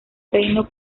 reino